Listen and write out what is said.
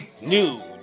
Nude